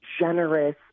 generous